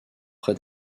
près